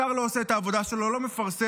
השר לא עושה את העבודה שלו, לא מפרסם.